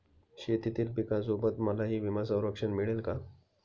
शेतीतील पिकासोबत मलाही विमा संरक्षण मिळेल का?